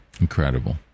Incredible